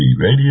Radio